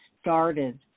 started